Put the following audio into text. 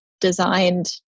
designed